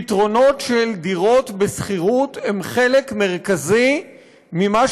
פתרונות של דירות בשכירות הם חלק מרכזי ממה